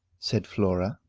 said flora.